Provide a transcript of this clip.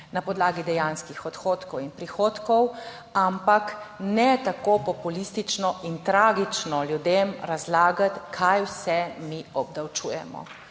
na podlagi dejanskih odhodkov in prihodkov, ampak ne tako populistično in tragično ljudem razlagati, kaj vse mi obdavčujemo.